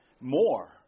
more